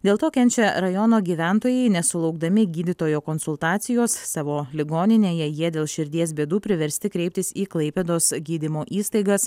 dėl to kenčia rajono gyventojai nesulaukdami gydytojo konsultacijos savo ligoninėje jie dėl širdies bėdų priversti kreiptis į klaipėdos gydymo įstaigas